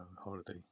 holiday